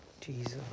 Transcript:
Jesus